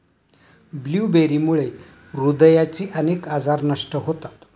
ब्लूबेरीमुळे हृदयाचे अनेक आजार नष्ट होतात